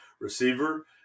receiver